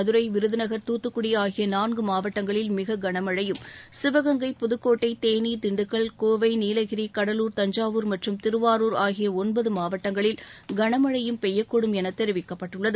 மதுரை விருதுநகர் துத்துக்குடி ஆகிய நான்கு மாவட்டங்களில் மிக கனமழையும் சிவகங்கை புதுக்கோட்டை தேனி திண்டுக்கல் கோவை நீலகிரி கடலூர் தஞ்சாவூர் மற்றும் திருவாரூர் ஆகிய ஒன்பது மாவட்டங்களில் கன மழையும் பெய்யக்கூடும் என தெரிவிக்கப்பட்டுள்ளது